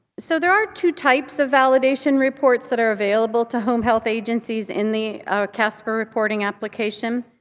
so there are two types of validation reports that are available to home health agencies in the casper reporting application.